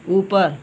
ऊपर